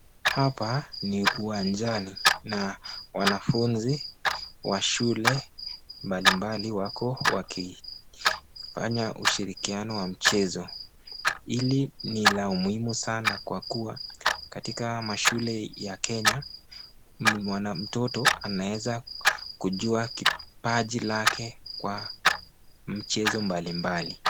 Hapa ni uwanjani na wanafunzi wa shule mbalimbali wako wakifanya ushirikiano wa mchezo ili ni la muhimu sana kwa kuwa katika mashule ya Kenya mtoto anaweza kujua kopaji chake kwa mchezo mbalimbali.